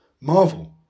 Marvel